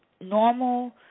normal